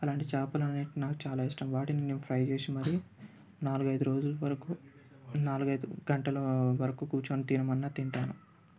అలాంటి చేపలు అనేవి నాకు చాలా ఇష్టం వాటిని నేను ఫ్రై చేసి మరీ నాలుగైదు రోజుల వరకు నాలుగైదు గంటల వరకు కూర్చొని తినమన్నా తింటాను